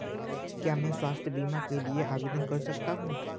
क्या मैं स्वास्थ्य बीमा के लिए आवेदन कर सकता हूँ?